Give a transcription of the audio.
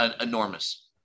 enormous